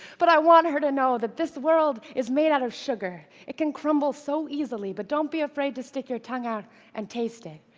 but i want her to know that this world is made out of sugar. it can crumble so easily, but don't be afraid to stick your tongue out and taste it.